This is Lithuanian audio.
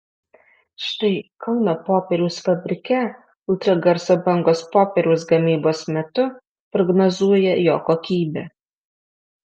štai kauno popieriaus fabrike ultragarso bangos popieriaus gamybos metu prognozuoja jo kokybę